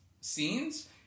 scenes